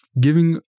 giving